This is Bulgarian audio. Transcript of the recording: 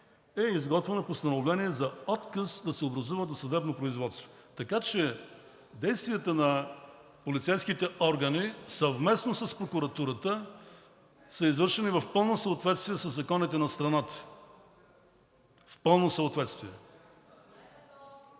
е изготвено постановление за отказ да се образува досъдебно производство. Така че действията на полицейските органи съвместно с прокуратурата са извършени в пълно съответствие със законите на страната. В пълно съответствие!